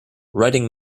writing